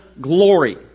glory